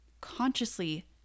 Consciously